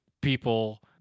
people